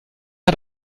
hat